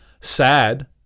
sad